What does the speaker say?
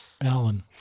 Alan